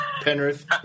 Penrith